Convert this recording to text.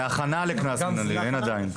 זה הכנה לקנס מינהלי, אין עדיין.